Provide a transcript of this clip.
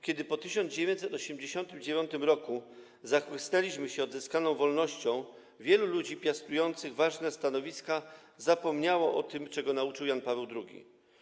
Kiedy po 1989 r. zachłysnęliśmy się odzyskaną wolnością, wielu ludzi piastujących ważne stanowiska zapomniało o tym, czego nauczał Jan Paweł II.